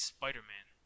Spider-Man